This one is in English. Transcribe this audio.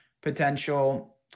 potential